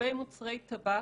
לגבי מוצרי טבק,